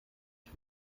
ich